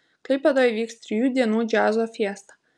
klaipėdoje vyks trijų dienų džiazo fiesta